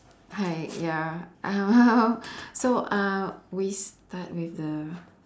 hi ya uh so uh we start with the